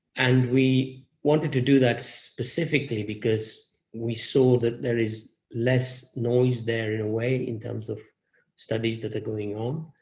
and we wanted to do that specifically because we saw that there is less noise there, in a way, in terms of studies that are going on.